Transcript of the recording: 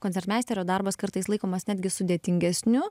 koncertmeisterio darbas kartais laikomas netgi sudėtingesniu